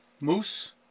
Moose